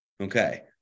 Okay